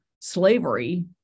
slavery